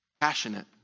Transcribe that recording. passionate